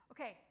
Okay